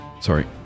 Sorry